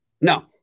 No